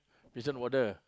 prison warden